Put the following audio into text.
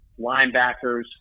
linebackers